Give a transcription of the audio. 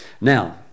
Now